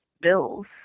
bills